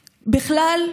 בכלל,